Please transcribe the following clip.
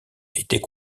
était